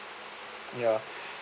ya